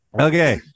Okay